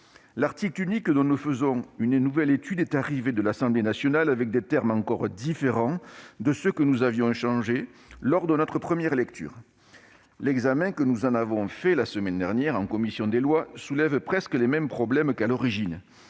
L'article unique dont nous faisons une nouvelle étude est arrivé de l'Assemblée nationale avec des termes encore différents de ceux que nous avions modifiés lors de notre première lecture. L'examen que nous en avons fait la semaine dernière en commission des lois soulève presque les mêmes problèmes qu'à l'origine.